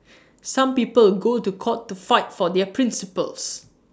some people go to court to fight for their principles